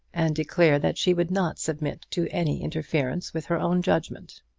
and declare that she would not submit to any interference with her own judgment.